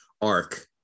arc